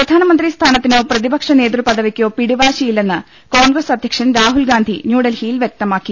പ്രധാനമന്ത്രി സ്ഥാനത്തിനോ പ്രതിപക്ഷ നേതൃപദവിക്കോ പിടിവാശിയില്ലെന്ന് കോൺഗ്രസ് അധ്യക്ഷൻ രാഹുൽഗാന്ധി ന്യൂഡൽഹിയിൽ വൃക്തമാക്കി